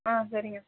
ஆ சரிங்க சார்